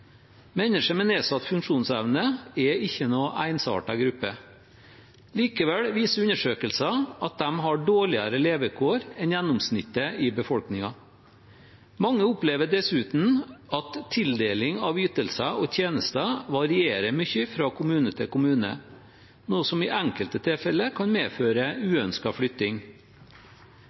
Mennesker med nedsatt funksjonsevne er ikke noen ensartet gruppe. Likevel viser undersøkelser at de har dårligere levekår enn gjennomsnittet i befolkningen. Mange opplever dessuten at tildeling av ytelser og tjenester varierer mye fra kommune til kommune, noe som i enkelte tilfeller kan medføre uønsket flytting.